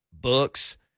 books